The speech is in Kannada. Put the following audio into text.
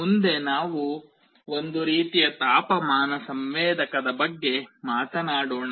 ಮುಂದೆ ನಾವು ಒಂದು ರೀತಿಯ ತಾಪಮಾನ ಸಂವೇದಕದ ಬಗ್ಗೆ ಮಾತನಾಡೋಣ